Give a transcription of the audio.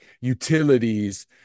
utilities